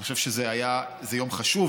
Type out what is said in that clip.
אני חושב שזה יום חשוב,